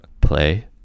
play